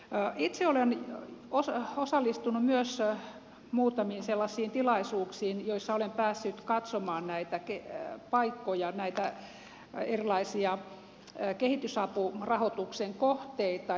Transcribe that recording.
myös itse olen osallistunut muutamiin sellaisiin tilaisuuksiin joissa olen päässyt katsomaan näitä paikkoja näitä erilaisia kehitysapurahoituksen kohteita